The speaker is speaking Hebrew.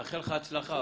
נאחל לך הצלחה.